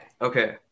okay